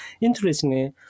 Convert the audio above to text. interestingly